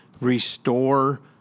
restore